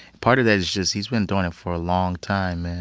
part of that is just he's been doing it for a long time, man,